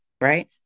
right